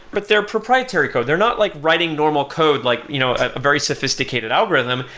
but they're proprietary code. they're not like writing normal code like you know a very sophisticated algorithm.